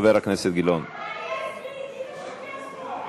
מעניין מי משקר פה.